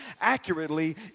accurately